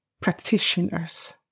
practitioners